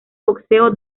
boxeo